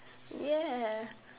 ya